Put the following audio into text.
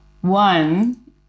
one